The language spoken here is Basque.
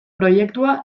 proiektua